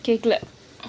கேக்கல:keakkala